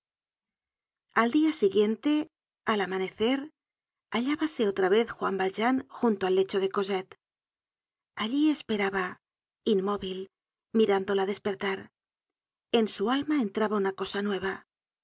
al dia siguiente al amanecer hallábase otra vez juan valjean junto al lecho decosette allí esperaba inmóvil mirándola despertar en su alma entraba una cosa nueva